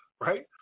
right